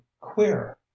queer